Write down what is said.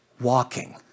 walking